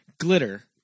glitter